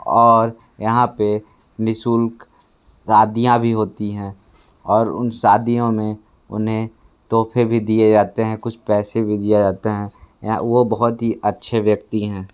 और यहाँ पे निशुल्क सादियाँ भी होती हैं और उन सादियों में उन्हें तोफे भी दिए जाते हैं कुछ पैसे भी दिए जाते हैं या वो बहुत ही अच्छे व्यक्ति हैं